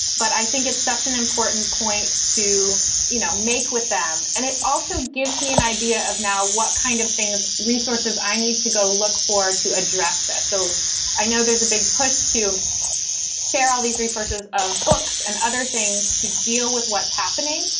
but i think it's such an important point to you know make with them. and it also gives me an idea of now what kind of things resources i need to go look for to address that. so i know there's a big push to share all these resources of books and other things to deal with what's happening,